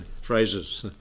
phrases